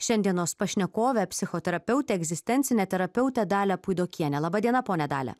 šiandienos pašnekovę psichoterapeutę egzistencinę terapeutę dalią puidokienę laba diena ponia dalia